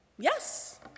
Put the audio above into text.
yes